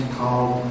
called